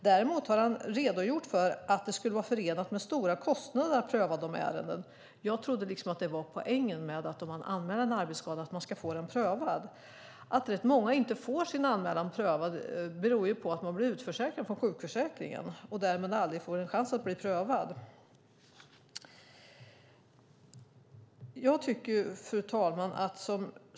Däremot har han redogjort för att det skulle vara förenat med stora kostnader att pröva dessa ärenden. Jag trodde liksom att det var poängen om man anmäler en arbetsskada, att man ska få den prövad. Att rätt många inte får sin anmälan prövad beror ju på att de blir utförsäkrade från sjukförsäkringen och därmed aldrig får en chans att få den prövad. Fru talman!